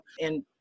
And-